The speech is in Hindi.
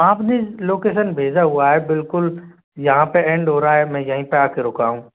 आप ने लोकेशन भेजा हुआ है बिल्कुल यहाँ पर एंड हो रहा है मैं यहीं पर आ कर रुका हूँ